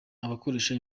abakoresha